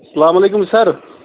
السلامُ علیکُم سَر